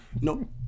No